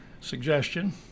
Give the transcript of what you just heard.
suggestion